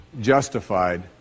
justified